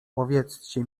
powiedzcie